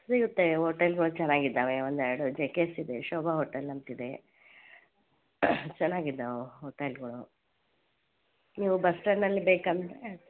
ಸಿಗುತ್ತೆ ಹೋಟೆಲ್ಗಳು ಚೆನ್ನಾಗಿದ್ದಾವೆ ಒಂದೆರು ಜೆಕೆಟ್ಸ್ ಇದೆ ಶೋಭಾ ಹೋಟೆಲ್ ಅಂತಿದೆ ಚೆನ್ನಾಗಿದ್ದಾವೆ ಹೋಟೆಲ್ಗಳು ನೀವು ಬಸ್ ಸ್ಟ್ಯಾಂಡಲ್ಲಿ ಬೇಕೆಂದ್ರೆ